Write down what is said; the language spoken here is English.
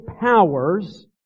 powers